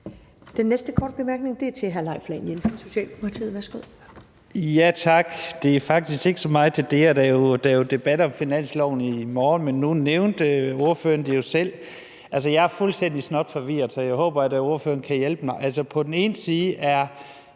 Den næste korte bemærkning er til hr. Leif Lahn Jensen, Socialdemokratiet. Værsgo. Kl. 10:20 Leif Lahn Jensen (S): Tak. Det er faktisk ikke så meget til det her, da der jo er debat om finansloven i morgen. men nu nævnte ordføreren det jo selv. Altså, jeg er fuldstændig snotforvirret, så jeg håber da, at ordføreren kan hjælpe mig. På den ene side er